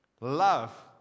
love